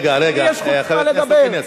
לי יש חוצפה לדבר?